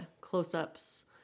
close-ups